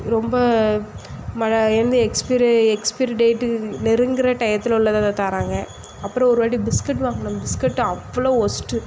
ரொம்ப ம வந்து எக்ஸ்பிரி எக்ஸ்பிரி டேட்டு நெருங்குகிற டையத்தில் உள்ளதை தாராங்க அப்புறம் ஒரு வாட்டி பிஸ்கட் வாங்கினோம் அந்த பிஸ்கட் அவ்வளோ வொஸ்ட்டு